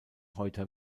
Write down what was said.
heute